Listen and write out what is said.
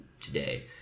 today